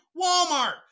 Walmart